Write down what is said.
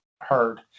heard